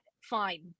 fine